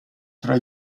tra